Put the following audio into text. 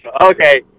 okay